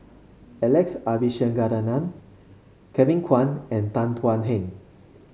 Alex Abisheganaden Kevin Kwan and Tan Thuan Heng